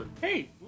Hey